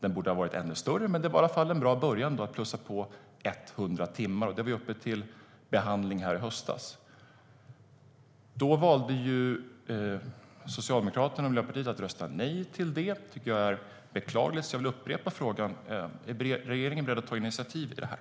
Den borde ha varit ännu större, men det var i alla fall en bra början, att plussa på 100 timmar. Det förslaget hade vi uppe till behandling i höstas. Då valde Socialdemokraterna och Miljöpartiet att rösta nej. Det tycker jag är beklagligt, så jag vill upprepa frågan: Är regeringen beredd att ta initiativ här?